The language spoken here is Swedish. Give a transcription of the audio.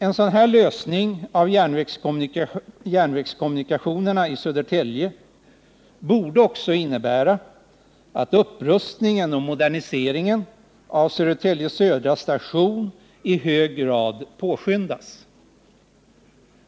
En sådan lösning av järnvägskommunikationerna med Södertälje borde också innebära att upprustningen och moderniseringen av Södertälje Södra . Station i hög grad påskyndas.